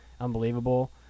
Unbelievable